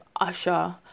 Usher